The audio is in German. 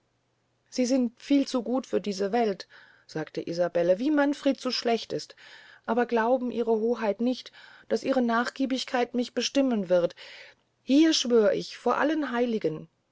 sie sind viel zu gut für diese welt sagte isabelle wie manfred zu schlecht ist aber glauben ihre hoheit nicht daß ihre nachgiebigkeit mich bestimmen wird hier schwör ich vor allen heiligen